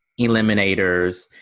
eliminators